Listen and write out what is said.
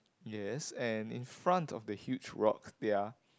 yes and in front of the huge rock there are